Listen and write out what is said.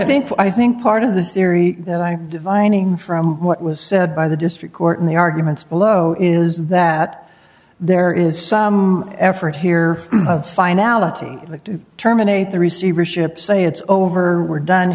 i think i think part of the theory that i find from what was said by the district court in the arguments below is that there is some effort here fine out terminate the receivership say it's over we're done